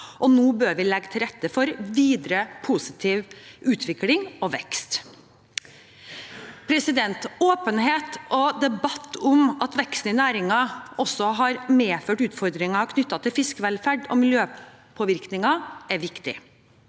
og nå bør vi legge til rette for videre positiv utvikling og vekst. Åpenhet og debatt om at veksten i næringen også har medført utfordringer knyttet til fiskevelferd og miljøpåvirkninger, er viktig.